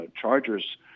Chargers